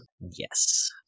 yes